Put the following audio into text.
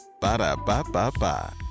Ba-da-ba-ba-ba